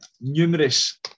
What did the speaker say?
numerous